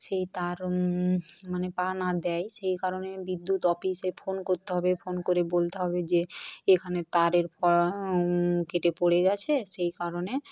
সেই তার মানে পা না দেই সেই কারণে বিদ্যুৎ অপিসে ফোন করতে হবে ফোন করে বলতে হবে যে এখানে তারের পর কেটে পড়ে গেছে সেই কারণে